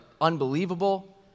unbelievable